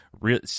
real